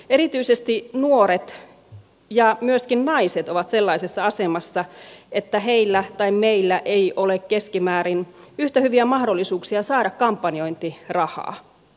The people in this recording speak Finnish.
erityisesti nuoret ja myöskin naiset ovat sellaisessa asemassa että heillä tai meillä ei ole keskimäärin yhtä hyviä mahdollisuuksia saada kampanjointirahaa